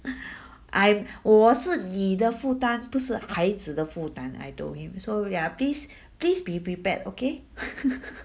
I 我是你的负担不是孩子的负担 I told him so ya please please be prepared okay